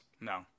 No